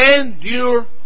Endure